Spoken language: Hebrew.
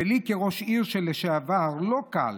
ולי כראש עיר לשעבר לא קל,